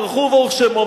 ברוך הוא וברוך שמו,